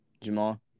Jamal